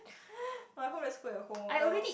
I hope there's food at home or else